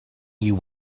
you